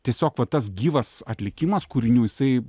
tiesiog va tas gyvas atlikimas kūrinių jisai